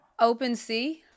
OpenSea